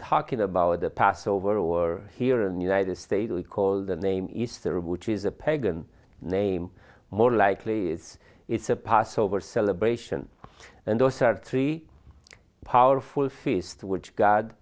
talking about the passover or here in united states we call the name easter which is a pagan name more likely it's a passover celebration and those are three powerful feast which god